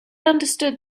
understood